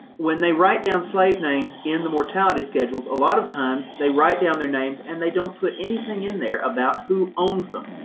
when they write down slave names in the mortality schedules, a lot of times they write down their names and they don't put anything in there about who owned them,